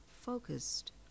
focused